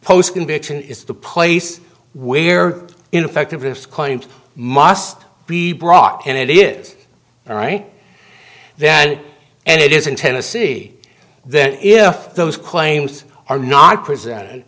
post conviction is the place where ineffectiveness claims must be brought and it is all right then and it is in tennessee then if those claims are not presented